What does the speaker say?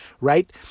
right